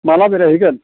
माला बेरायहैगोन